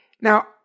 Now